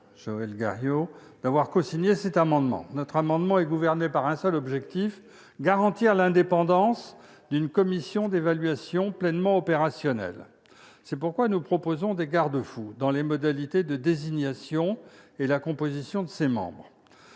Joël Guerriau d'avoir cosigné cet amendement. Celui-ci est gouverné par un seul objectif : garantir l'indépendance d'une commission d'évaluation pleinement opérationnelle. C'est pourquoi nous proposons des garde-fous dans les modalités de désignation et la composition de ses membres.